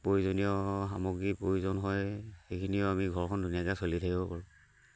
প্ৰয়োজনীয় সামগ্ৰী প্ৰয়োজন হয় সেইখিনিয়িও আমি ঘৰখন ধুনীয়াকৈ চলি থাকিব পাৰোঁ